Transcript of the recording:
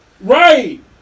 Right